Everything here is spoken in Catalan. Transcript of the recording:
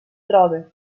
troba